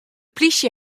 plysje